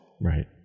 right